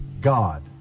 God